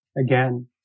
Again